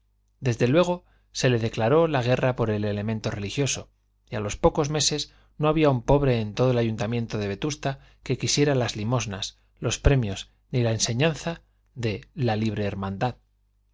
desde luego se le declaró la guerra por el elemento religioso y a los pocos meses no había un pobre en todo el ayuntamiento de vetusta que quisiera las limosnas los premios ni la enseñanza de la libre hermandad